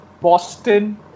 Boston